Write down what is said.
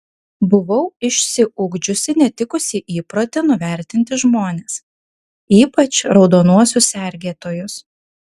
buvau išsiugdžiusi netikusį įprotį nuvertinti žmones ypač raudonuosius sergėtojus